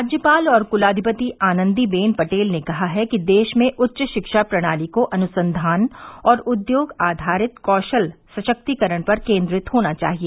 राज्यपाल और कुलाधिपति आनंदीबेन पटेल ने कहा है कि देश में उच्च शिक्षा प्रणाली को अनुसंधान और उद्योग आधारित कौशल सशक्तीकरण पर केंद्रित होना चाहिए